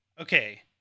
Okay